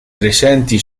presenti